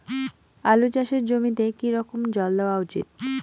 আলু চাষের জমিতে কি রকম জল দেওয়া উচিৎ?